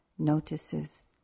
notices